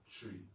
tree